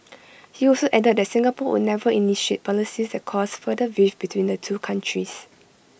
he also added that Singapore would never initiate policies that cause further rift between the two countries